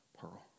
pearl